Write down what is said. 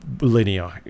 ...linear